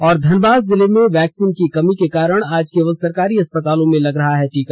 और धनबाद जिले में वैक्सीन की कमी के कारण आज केवल सरकारी अस्पतालों में लग रहा टीका